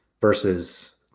versus